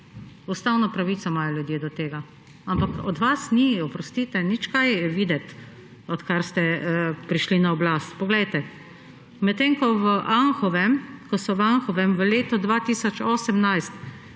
Ustavno pravico imajo ljudje do tega, ampak od vas ni, oprostite, nič kaj videti, odkar ste prišli na oblast. Poglejte, medtem ko v Anhovem v letu 2018